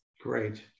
great